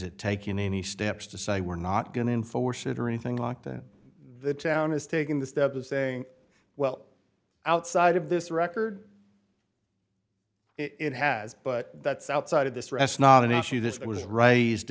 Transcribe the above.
it taken any steps to say we're not going to enforce it or anything like that the town is taking the step of saying well outside of this record it has but that's outside of this arrest not an issue this was r